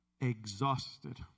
exhausted